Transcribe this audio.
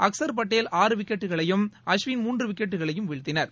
அக்சர் படேல் ஆறு விக்கெட்களையும் அஸ்வின் மூன்று விக்கெட்களையும் வீழ்த்தினர்